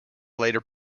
later